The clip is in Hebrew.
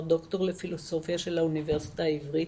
דוקטור לפילוסופיה של האוניברסיטה העברית,